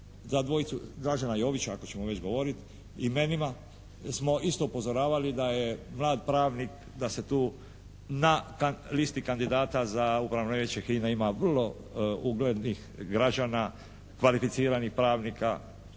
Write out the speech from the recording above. za dvojicu, Dražena Jovića ako ćemo već govoriti imenima smo isto upozoravali da je mlad pravnik da se tu na listi kandidata za Upravno vijeće HINA-e ima vrlo uglednih građana, kvalificiranih pravnika,